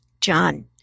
John